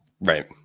Right